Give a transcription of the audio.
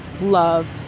loved